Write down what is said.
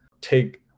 take